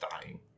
dying